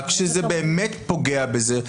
רק כשזה באמת פוגע בזה.